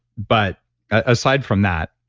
but aside from that,